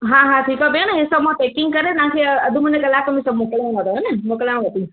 हा हा ठीकु आहे भेण ई सभ मां पैकिंग करे तव्हांखे अधु मुने कलाक में सभ मोकिलंदीमांव ती हा न मोकिलियांव ती